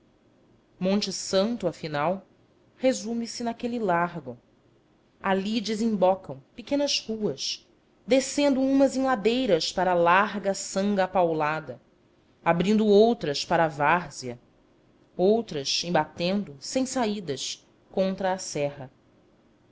monte santo afinal resume-se naquele largo ali desembocam pequenas ruas descendo umas em ladeiras para larga sanga apaulada abrindo outras para a várzea outras embatendo sem saídas contra a serra